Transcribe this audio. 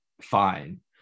fine